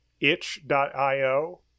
itch.io